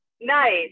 Nice